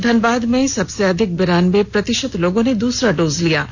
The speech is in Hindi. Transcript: धनबाद में सबसे ज्यादा बिरानबे प्रतिशत लोगों ने दूसरा डोज लिया है